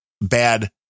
bad